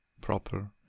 proper